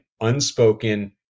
unspoken